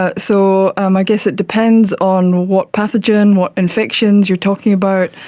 ah so um i guess it depends on what pathogen, what infections you're talking about,